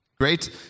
Great